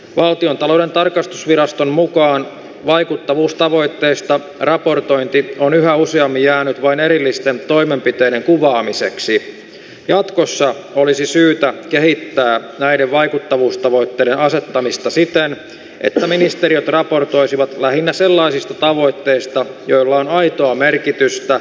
valtiontalouden tarkastusviraston mukaan vaikuttavuustavoitteistaan raportointi on yhä useammin jäänyt vain erillisten toimenpiteiden kuvaamiseksi jatkossa olisi syytä kehittää näiden vaikuttavuus tavoitteiden asettamista siitä että ministeriöt raportoisivat lähinnä sellaisista tavoitteista joilla on aitoa merkitystä